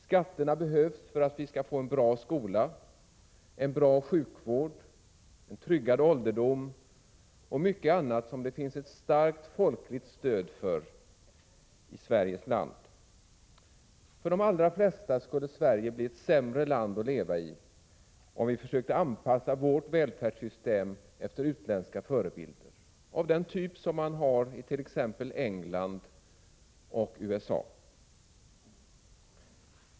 Skatterna behövs för att vi skall få en bra skola, en bra sjukvård, en tryggare ålderdom och mycket annat som det finns ett starkt folkligt stöd för i Sveriges land. För de allra flesta skulle Sverige bli sämre att leva i om vi försökte anpassa vårt välfärdssystem efter utländska förebilder av den typ som finns i t.ex. England och USA.